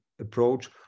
approach